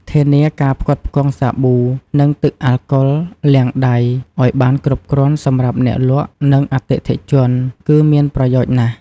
ធានាការផ្គត់ផ្គង់សាប៊ូ និងទឹកអាកុលលាងដៃឱ្យបានគ្រប់គ្រាន់សម្រាប់អ្នកលក់ និងអតិថិជនគឺមានប្រយោជន៍ណាស់។